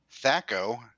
THACO